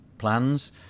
Plans